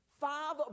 Five